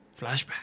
flashback